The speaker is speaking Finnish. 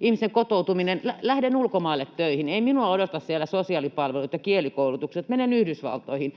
ihmisen kotoutuminen. Lähden ulkomaille töihin, ei minua odota siellä sosiaalipalvelut ja kielikoulutukset. Menen Yhdysvaltoihin.